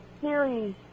series